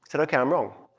said, ok, i'm wrong.